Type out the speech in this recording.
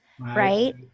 Right